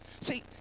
See